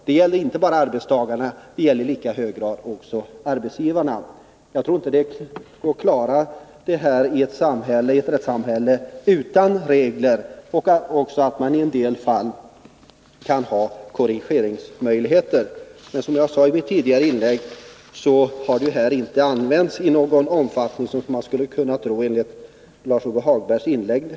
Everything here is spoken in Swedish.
Detta gäller inte bara arbetstagarna, det gäller i lika hög grad arbetsgivarna. Jag tror inte att det går att utan regler klara de här frågorna i ett rättssamhälle, och jag anser att man också i en del fall måste ha korrigeringsmöjligheter. Men som jag sade i mitt tidigare inlägg har bestämmelserna inte tillämpats i sådan omfattning som man skulle kunna tro efter att ha hört Lars-Ove Hagbergs inlägg.